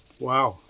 Wow